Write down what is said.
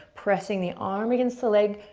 pressing the arm against the leg,